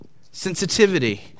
sensitivity